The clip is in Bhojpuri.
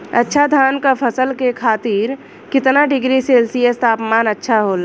अच्छा धान क फसल के खातीर कितना डिग्री सेल्सीयस तापमान अच्छा होला?